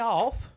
off